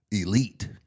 elite